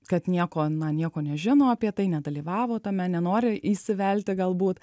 kad nieko na nieko nežino apie tai nedalyvavo tame nenori įsivelti galbūt